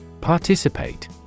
Participate